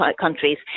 countries